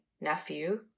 nephew